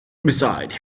besides